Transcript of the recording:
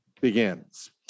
begins